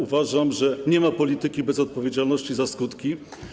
Uważam, że nie ma polityki bez odpowiedzialności za skutki.